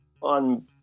on